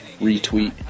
retweet